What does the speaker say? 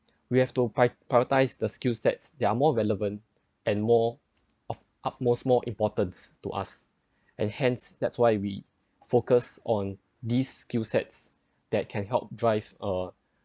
we have to pri~ prioritize the skillsets that are more relevant and more of utmost more importance to us and hence that's why we focused on these skillsets that can help drive uh